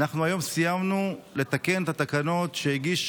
אנחנו היום סיימנו לתקן את התקנות שהגיש